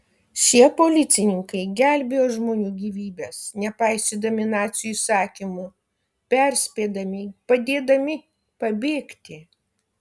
šie policininkai gelbėjo žmonių gyvybes nepaisydami nacių įsakymų perspėdami padėdami pabėgti